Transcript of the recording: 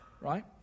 right